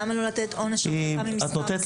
למה לא לתת עונש הרחקה ממספר משחקים?